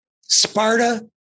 Sparta